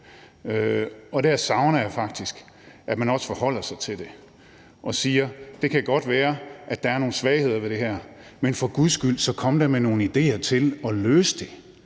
og der savner jeg faktisk, at man også forholder sig til det og siger, at det godt kan være, at der er nogle svagheder ved det her, men at man for guds skyld så kommer med nogle idéer til at løse det.